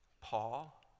Paul